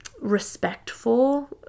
respectful